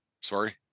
sorry